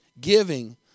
giving